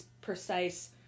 precise